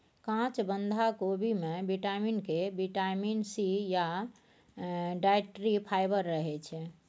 काँच बंधा कोबी मे बिटामिन के, बिटामिन सी या डाइट्री फाइबर रहय छै